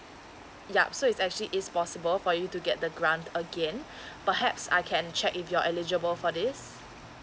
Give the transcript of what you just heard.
yup so it's actually is possible for you to get the grant again perhaps I can check if you're eligible for this